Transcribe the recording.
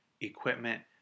equipment